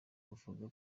buvuga